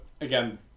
Again